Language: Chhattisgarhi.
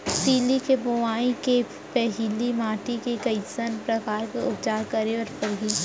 तिलि के बोआई के पहिली माटी के कइसन प्रकार के उपचार करे बर परही?